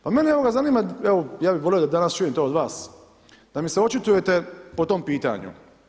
Pa mene evo ga zanima, evo ja bi volio da danas čujem to od vas, da mi se očitujete po tom pitanju.